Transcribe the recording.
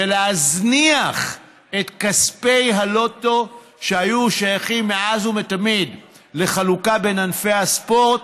ולהזניח את כספי הטוטו שהיו שייכים מאז ומתמיד לחלוקה בין ענפי הספורט.